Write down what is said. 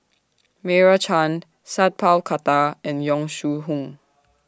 Meira Chand Sat Pal Khattar and Yong Shu Hoong